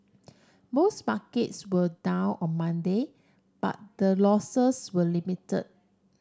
most markets were down on Monday but the losses were limited